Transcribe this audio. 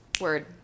word